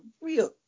real